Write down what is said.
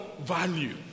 value